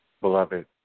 beloved